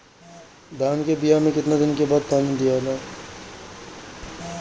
धान के बिया मे कितना दिन के बाद पानी दियाला?